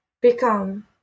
become